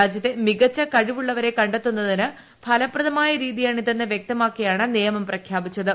രാജ്യത്തെ മികച്ച കഴിവുള്ളവരെ കണ്ടെത്തുന്നതിന് ഫലപ്പെട്ടമായ രീതിയാണ് ഇതെന്ന് വ്യക്ത മാക്കിയാണ് നിയമം പ്രഖ്യാപിച്ചത്